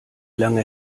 lange